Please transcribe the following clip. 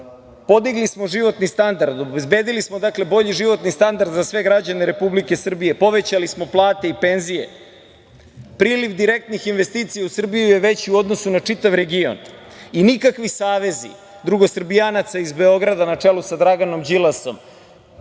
Podigli smo životni standard, obezbedili smo bolji životni standard za sve građane Republike Srbije, povećali smo plate i penzije. Priliv direktnih investicija u Srbiji je veći u odnosu na čitav region. Nikakvi savezi drugosrbijanaca iz Beograda na čelu sa Draganom Đilasom,